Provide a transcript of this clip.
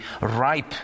ripe